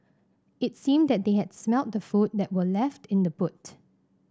it seemed that they had smelt the food that were left in the boot